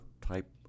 type